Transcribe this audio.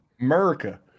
America